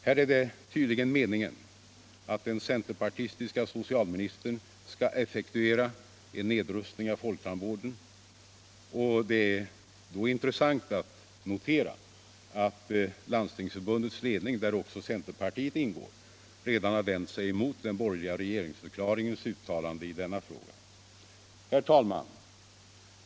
Här är det tydligen meningen att den centerpartistiske socialministern skall effektuera en nedrustning av folktandvården, och det är då intressant att notera att Landstingsförbundets ledning — där också centerpartiet ingår — redan har vänt sig emot den borgerliga regeringsförklaringens uttalande i denna fråga. Herr talman!